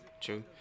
true